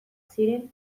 ziren